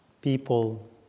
people